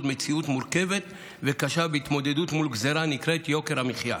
במציאות המורכבת והקשה בהתמודדות עם הגזרה הנקראת יוקר המחיה,